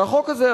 החוק הזה,